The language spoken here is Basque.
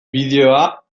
bideoa